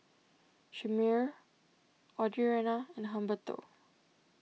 Chimere Audriana and Humberto